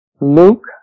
Luke